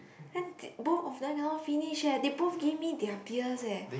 then both of them cannot finish eh they both give me their beers eh